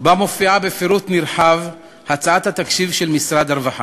שבה מופיעה בפירוט נרחב הצעת התקציב של משרד הרווחה.